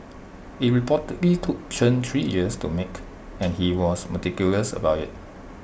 IT reportedly took Chen three years to make and he was meticulous about IT